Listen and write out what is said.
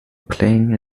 playing